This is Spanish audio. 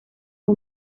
fue